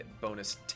bonus